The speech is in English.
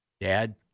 Dad